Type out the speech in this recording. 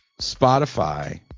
Spotify